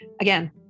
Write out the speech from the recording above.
Again